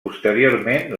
posteriorment